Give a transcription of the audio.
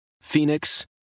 Phoenix